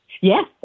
Yes